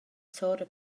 sora